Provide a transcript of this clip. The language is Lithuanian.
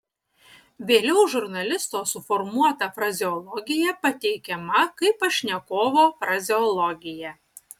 vėliau žurnalisto suformuota frazeologija pateikiama kaip pašnekovo frazeologija